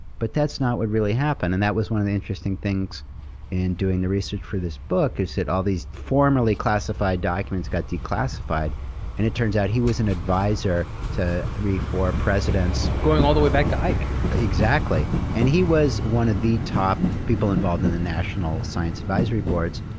but that's not what really happened. and that was one of the interesting things in and doing the research for this book, is that all the formerly classified documents got declassified, and it turns out he was an advisor to three, four presidents. going all the way back to ike. exactly. and he was one of the top people involved in the national science advisory boards.